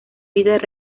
líder